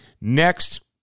next